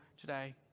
today